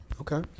Okay